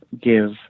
give